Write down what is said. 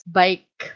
bike